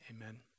Amen